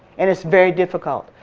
and it's very difficult.